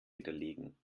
widerlegen